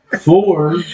Four